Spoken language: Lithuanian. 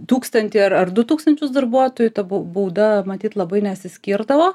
tūkstantį ar ar du tūkstančius darbuotojų ta bau bauda matyt labai nesiskirdavo